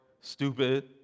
stupid